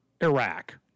Iraq